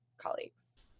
colleagues